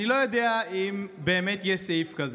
אני לא יודע אם באמת יש סעיף כזה,